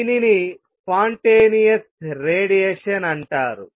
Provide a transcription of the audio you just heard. దీనిని spontaneous radiation అంటారు